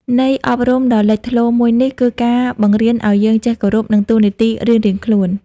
ន័យអប់រំដ៏លេចធ្លោមួយនេះ គឺការបង្រៀនឱ្យយើងចេះគោរព និងតួនាទីរៀងៗខ្លួន។